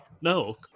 No